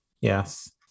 Yes